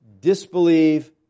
disbelieve